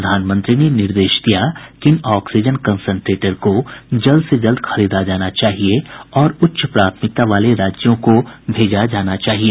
प्रधानमंत्री ने निर्देश दिया कि इन ऑक्सीजन कंसेंट्रेटर्स को जल्द से जल्द खरीदा जाना चाहिए और उच्च प्राथमिकता वाले राज्यों को भेजा जाना चाहिए